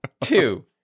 Two